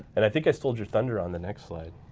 and i think i stole your thunder on the next slide.